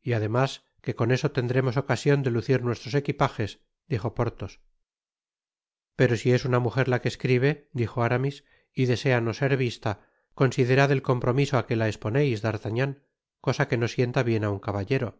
y además que con eso tendremos ocasion de lucir nuestros equipajes dijo portóos pero si es una mujer la que escribe dijo aramis y desea no ser vista considerad el compromiso á que la eaponeis d'artagnan cosa que no sienta bien á nn caballero